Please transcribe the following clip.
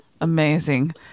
Amazing